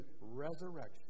resurrection